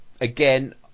again